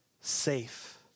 safe